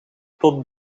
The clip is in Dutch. tot